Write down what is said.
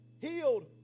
healed